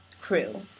crew